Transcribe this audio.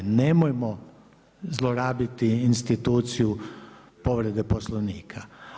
Nemojmo zlorabiti instituciju povredu Poslovnika.